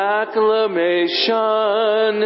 acclamation